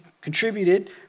contributed